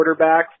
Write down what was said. quarterbacks